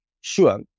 Sure